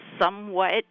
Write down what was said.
somewhat